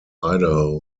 idaho